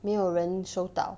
没有人收到